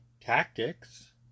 tactics